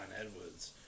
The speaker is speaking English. Edwards